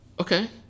Okay